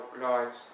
lives